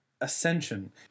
ascension